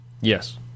Yes